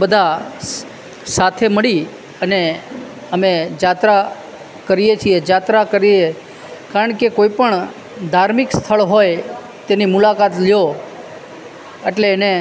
બધા સાથે મળી અને અમે જાત્રા કરીએ છીએ જાત્રા કરીએ કારણ કે કોઈપણ ધાર્મિક સ્થળ હોય તેની મુલાકાત લો એટલે એને